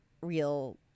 real